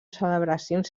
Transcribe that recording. celebracions